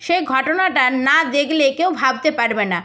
সে ঘটনটা না দেখলে কেউ ভাবতে পারবে না